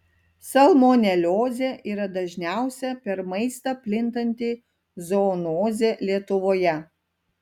salmoneliozė yra dažniausia per maistą plintanti zoonozė lietuvoje